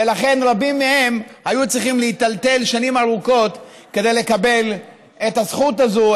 ולכן רבים מהם היו צריכים להיטלטל שנים ארוכות כדי לקבל את הזכות הזו,